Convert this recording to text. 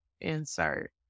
insert